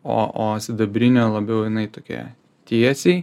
o o sidabrinio labiau jinai tokia tiesiai